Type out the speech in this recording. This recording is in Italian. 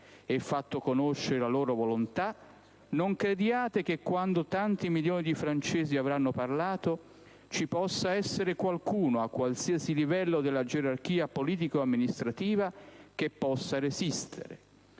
e fatto conoscere la loro volontà, non crediate che, quando tanti milioni di francesi avranno parlato, ci possa essere qualcuno, a qualsiasi livello della gerarchia politica o amministrativa, che possa resistere.